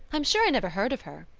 i'm sure i never heard of her.